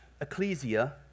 ecclesia